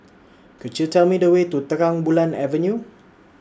Could YOU Tell Me The Way to Terang Bulan Avenue